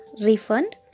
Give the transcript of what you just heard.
refund